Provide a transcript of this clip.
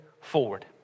forward